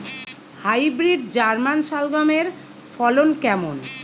Hybrid German শালগম এর ফলন কেমন?